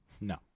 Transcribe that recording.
No